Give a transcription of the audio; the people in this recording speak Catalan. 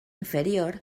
inferior